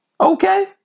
Okay